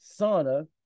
sauna